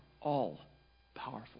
all-powerful